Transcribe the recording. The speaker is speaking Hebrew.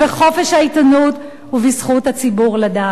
בחופש העיתונות ובזכות הציבור לדעת.